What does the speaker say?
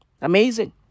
Amazing